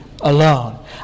alone